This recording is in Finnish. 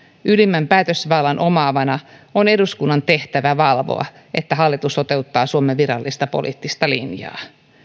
ylimmän päätösvallan omaavana on eduskunnan tehtävä valvoa että hallitus toteuttaa suomen virallista poliittista linjaa